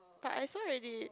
but I saw already